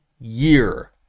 year